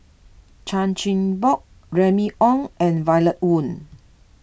Chan Chin Bock Remy Ong and Violet Oon